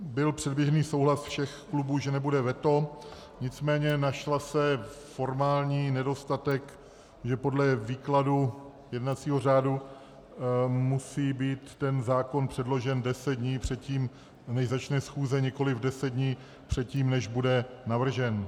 Byl předběžný souhlas všech klubů, že nebude veto, nicméně našel se formální nedostatek, že podle výkladu jednacího řádu musí být zákon předložen deset dní předtím, než začne schůze, nikoliv deset dní předtím, než bude navržen.